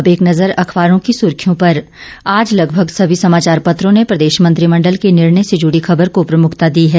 अब एक नजर अखबारों की सुर्खियों पर आज लगभग सभी समाचार पत्रों ने प्रदेश मंत्रिमण्डल के निर्णय से जुड़ी खबर को प्रमुखता दी है